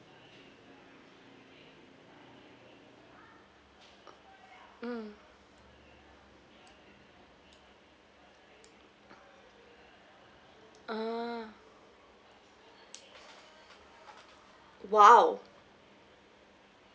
mm a'ah !wow!